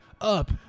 up